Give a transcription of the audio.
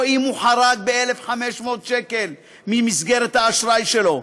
או אם הוא חרג ב-1,500 שקל ממסגרת האשראי שלו: